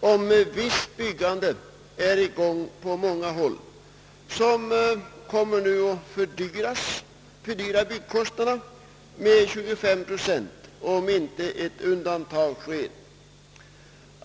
när det gäller visst byggande är i gång på många håll och att det kommer att ske en fördyring av byggkostnaderna med 25 procent, om inte ett undantag medges.